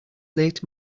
late